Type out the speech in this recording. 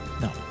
No